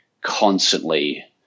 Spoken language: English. constantly